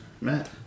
Matt